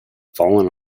fallen